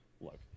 look